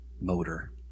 motor